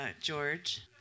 George